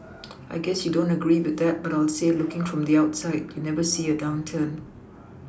I guess you don't agree with that but I'll say looking from the outside you never see a downturn